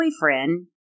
boyfriend